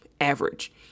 average